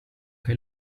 che